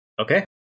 Okay